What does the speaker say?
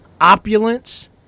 opulence